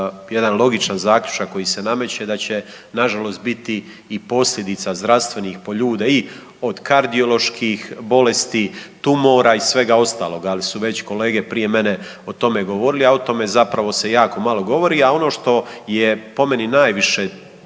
jedan logičan zaključak koji se nameće da će na žalost biti i posljedica zdravstvenih i po ljude i od kardioloških bolesti, tumora i svega ostaloga. Ali su već kolege prije mene o tome govorile, a o tome se zapravo jako malo govori. A ono što je po meni najviše